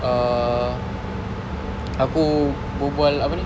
err aku berbual apa ni